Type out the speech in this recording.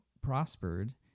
prospered